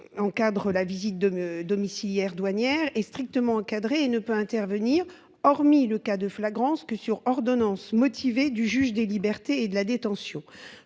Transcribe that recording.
Encadre la visite de me domiciliaires douanières est strictement encadrée et ne peut intervenir. Hormis le cas de flagrance que sur ordonnance motivée du juge des libertés et de la détention.